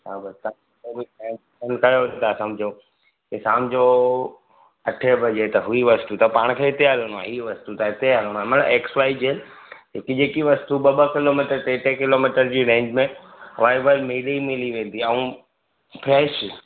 हा बसि तव्हां सम्झो शाम जो अठे बजे त इहा वस्तू त पाण खे हिते हलणो आहे इहा वस्तू हिते हलणो आहे मतिलबु एक्स वाय जेड जेकी जेकी वस्तू ॿ ॿ किलोमीटर टे टे किलोमीटर जी रेंज में वाय वाय मिली मिली वेंदी आहे अऊं फ्रैश